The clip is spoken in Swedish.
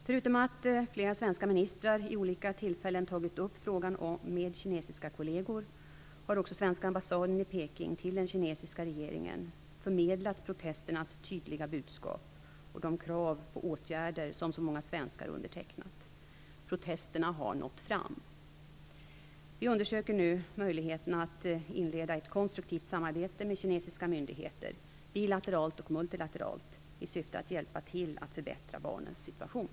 Förutom att flera svenska ministrar vid olika tillfällen tagit upp frågan med kinesiska kolleger, har också svenska ambassaden i Peking till den kinesiska regeringen förmedlat protesternas tydliga budskap och de krav på åtgärder som så många svenskar undertecknat. Protesterna har nått fram. Vi undersöker nu möjligheterna att inleda ett konstruktivt samarbete med kinesiska myndigheter, bilateralt och multilateralt, i syfte att hjälpa till att förbättra barnens situation.